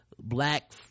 black